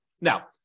Now